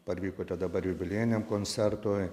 parvykote dabar jubiliejiniam koncertui